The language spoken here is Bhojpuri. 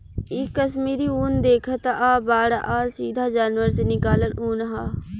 इ कश्मीरी उन देखतऽ बाड़ऽ सीधा जानवर से निकालल ऊँन ह